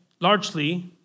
largely